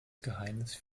geheimnis